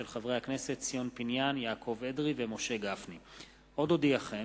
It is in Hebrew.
מאת חבר הכנסת דוד אזולאי וקבוצת חברי הכנסת,